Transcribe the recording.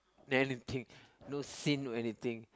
no need to think no sin no anything